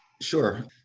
Sure